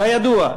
כידוע,